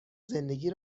زندگی